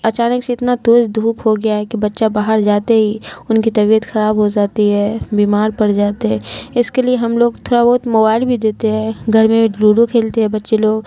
اچانک سے اتنا تیز دھوپ ہو گیا ہے کہ بچہ باہر جاتے ہی ان کی طبیعت خراب ہو زاتی ہے بیمار پڑ جاتے ہیں اس کے لیے ہم لوگ تھوڑا بہت موبائل بھی دیتے ہیں گھر میں لوڈو کھیلتے ہیں بچے لوگ